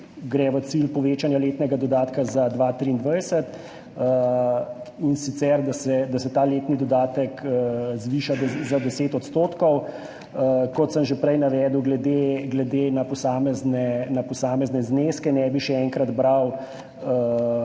gre v cilj povečanja letnega dodatka za 2023, in sicer da se ta letni dodatek zviša za 10 %, kot sem že prej navedel, glede na posamezne zneske. Ne bi še enkrat bral